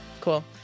cool